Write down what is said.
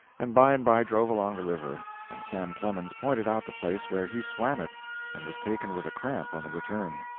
and by and by drove along the river, and sam clemens pointed out the place where he swam it and was taken with a cramp on the return.